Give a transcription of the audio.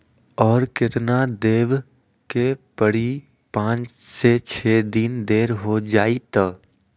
और केतना देब के परी पाँच से छे दिन देर हो जाई त?